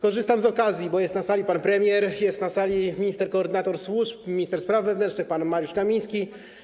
Korzystam z okazji, że jest na sali pan premier, jest minister koordynator służb, minister spraw wewnętrznych pan Mariusz Kamiński.